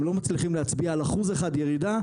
אם לא מצליחים להצביע על אחוז אחד ירידה,